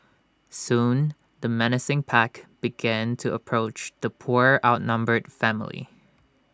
soon the menacing pack began to approach the poor outnumbered family